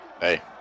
Hey